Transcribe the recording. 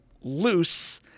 loose